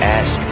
ask